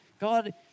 God